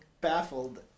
baffled